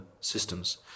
systems